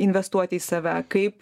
investuoti į save kaip